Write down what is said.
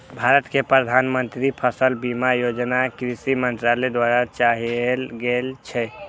भारत मे प्रधानमंत्री फसल बीमा योजना कृषि मंत्रालय द्वारा चलाएल गेल छै